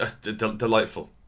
delightful